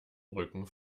rücken